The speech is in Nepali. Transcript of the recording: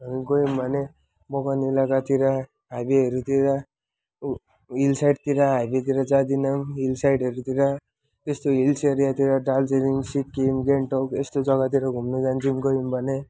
हामी गयौँ भने बगान इलाकातिर हाइवेहरूतिर हिलसाइडतिर हाइवेतिर जाँदैनौँ पनि हिलसाइडहरूतिर त्यस्तो हिल्स एरियातिर दार्जिलिङ सिक्किम गान्तोक यस्तो जगातिर घुम्न जान्छौँ गयौँ भने